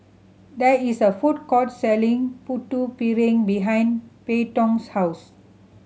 there is a food court selling Putu Piring behind Payton's house